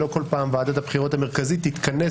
ולא כל פעם ועדת הבחירות המרכזית תתכנס